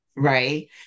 right